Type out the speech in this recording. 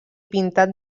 pintat